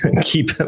keep